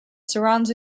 surrounds